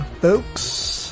folks